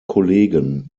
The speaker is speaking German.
kollegen